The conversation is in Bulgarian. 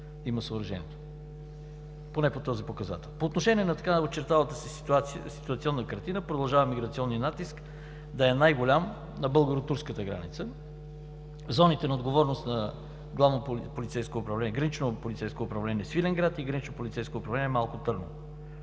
има съоръжението, поне по този показател. По отношение на така очерталата се ситуационна картина продължава миграционният натиск да е най-голям на българо турската граница в зоните на отговорност на Гранично полицейско